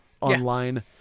online